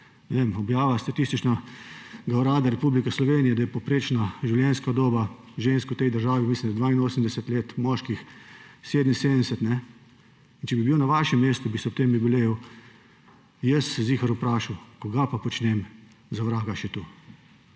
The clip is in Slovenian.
vem, objave Statističnega urada Republike Slovenije, da je povprečna življenjska doba žensk v tej državi, mislim da, 82 let, moških 77. In če bi bil na vašem mestu, bi se ob tem jubileju jaz zagotovo vprašal, kaj za vraga pa še